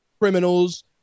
criminals